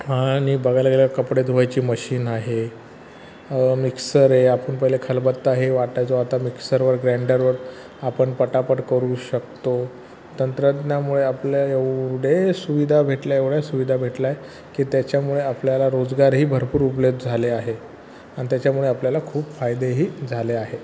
आणि बगायला गेलं कपडे धुवायची मशीन आहे मिक्सर आहे आपण पहिले खलबत्ता हे वाटायचो आता मिक्सरवर ग्राईंडरवर आपण पटापट करू शकतो तंत्रज्ञामुळे आपले एवढे सुविधा भेटल्या एवढ्या सुविधा भेटल्या आहे की त्याच्यामुळे आपल्याला रोजगारही भरपूर उपलब्ध झाले आहे आणि त्याच्यामुळे आपल्याला खूप फायदेही झाले आहे